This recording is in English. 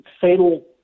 fatal